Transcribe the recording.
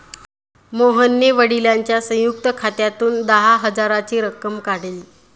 मोहनने वडिलांच्या संयुक्त खात्यातून दहा हजाराची रक्कम काढली